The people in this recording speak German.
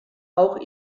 auch